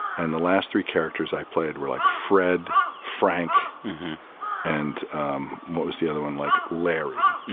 and the last three characters i played were like fred, frank and um what was the other one? like larry.